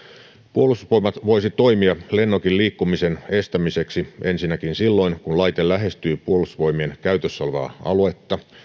puolustusvoimat voisi toimia lennokin liikkumisen estämiseksi ensinnäkin silloin kun laite lähestyy puolustusvoimien käytössä olevaa aluetta